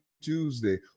Tuesday